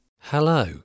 Hello